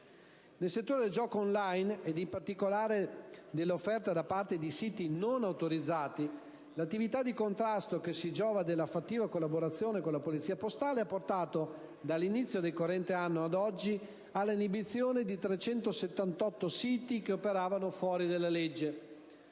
Nel settore del gioco *on line*, ed in particolare dell'offerta da parte di siti non autorizzati, l'attività di contrasto, che si giova della fattiva collaborazione della Polizia postale, ha portato, dall'inizio del corrente anno ad oggi, all'inibizione di 378 siti che operavano fuori della legge.